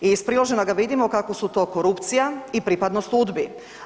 I iz priloženoga vidimo kako su to korupcija i pripadnost UDBA-i.